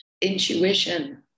Intuition